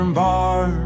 bar